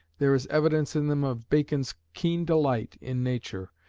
there is evidence in them of bacon's keen delight in nature,